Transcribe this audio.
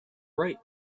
bright